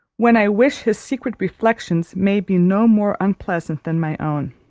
when i wish his secret reflections may be no more unpleasant than my own.